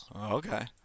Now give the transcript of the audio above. okay